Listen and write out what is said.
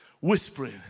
whispering